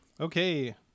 Okay